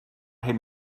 hyn